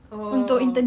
oh